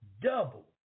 double